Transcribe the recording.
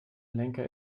lenker